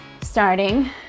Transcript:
Starting